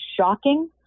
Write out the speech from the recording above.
shocking